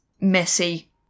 messy